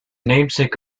namesake